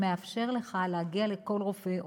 שמאפשר לך להגיע לכל רופא.